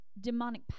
demonic